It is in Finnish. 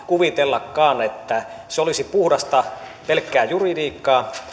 kuvitellakaan että se olisi puhdasta pelkkää juridiikkaa